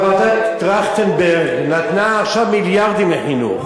אבל ועדת-טרכטנברג נתנה עכשיו מיליארדים לחינוך.